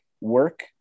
work